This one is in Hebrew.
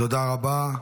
תודה רבה.